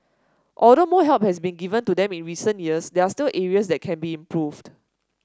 although more help has been given to them in recent years there are still areas that can be improved